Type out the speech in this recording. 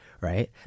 right